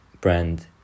brand